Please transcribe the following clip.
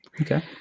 Okay